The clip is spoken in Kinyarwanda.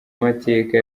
mateka